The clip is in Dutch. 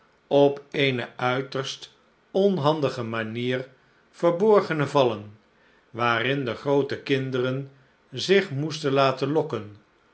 op eene uiterst onhandige tnanier verborgene vallen waarin de groote kinderen zich moesten laten lokken